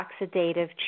oxidative